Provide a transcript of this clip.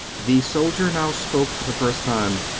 the soldier now spoke for the first time.